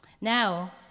Now